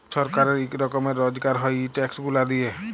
ছরকারের ইক রকমের রজগার হ্যয় ই ট্যাক্স গুলা দিঁয়ে